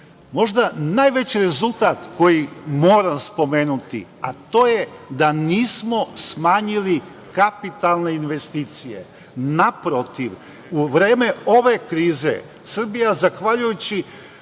najveći rezultat, koji moram spomenuti, a to je da nismo smanjili kapitalne investicije. Naprotiv, u vreme ove krize Srbija, zahvaljujući